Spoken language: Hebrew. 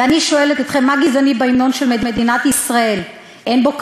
ואני שואלת אתכם, מה גזעני בהמנון של מדינת ישראל?